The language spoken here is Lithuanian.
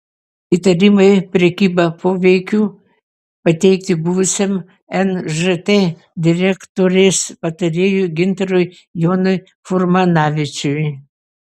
įtarimai prekyba poveikiu pateikti buvusiam nžt direktorės patarėjui gintarui jonui furmanavičiui